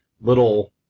little